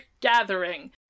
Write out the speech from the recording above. gathering